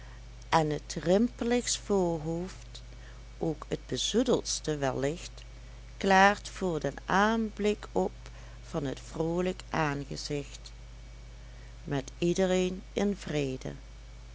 en t rimpligst voorhoofd ook t bezoedeldste wellicht klaart voor den aanblik op van t vroolijk aangezicht met iedereen in vrede